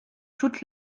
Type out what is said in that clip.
toute